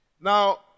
Now